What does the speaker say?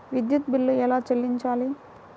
విద్యుత్ బిల్ ఎలా చెల్లించాలి?